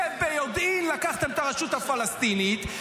אתם ביודעין לקחתם את הרשות הפלסטינית,